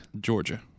Georgia